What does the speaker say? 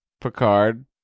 Picard